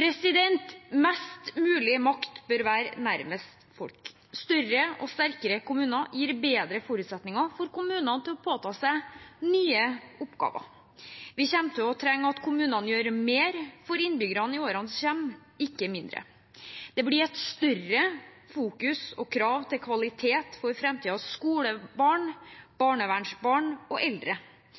Mest mulig makt bør være nærmest folk. Større og sterkere kommuner gir kommunene bedre forutsetninger for å påta seg nye oppgaver. Vi kommer til å trenge at kommunene gjør mer for innbyggerne i årene som kommer, ikke mindre. Det blir et større fokus på og krav til kvalitet for framtidens skolebarn, barnevernsbarn og eldre.